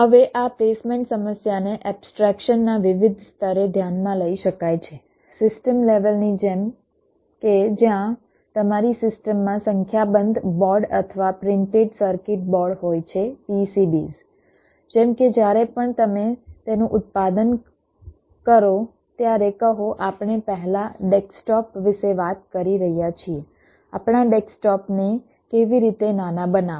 હવે આ પ્લેસમેન્ટ સમસ્યાને એબ્સ્ટ્રેક્શન ના વિવિધ સ્તરે ધ્યાનમાં લઈ શકાય છે સિસ્ટમ લેવલ ની જેમ કે જ્યાં તમારી સિસ્ટમમાં સંખ્યાબંધ બોર્ડ અથવા પ્રિન્ટેડ સર્કિટ બોર્ડ હોય છે PCBs જેમ કે જ્યારે પણ તમે તેનું ઉત્પાદન કરો ત્યારે કહો આપણે પહેલા ડેસ્કટોપ વિશે વાત કરી રહ્યા છીએ આપણા ડેસ્કટોપને કેવી રીતે નાના બનાવવા